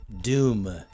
Doom